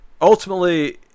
ultimately